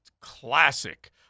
classic